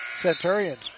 Centurions